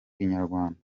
inyarwanda